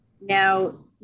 now